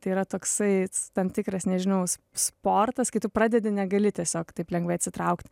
tai yra toksai tam tikras nežinau sportas kai tu pradedi negali tiesiog taip lengvai atsitraukt